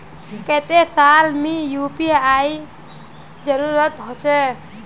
केते साल में यु.पी.आई के जरुरत होचे?